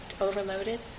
overloaded